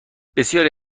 بسیاری